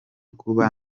kuba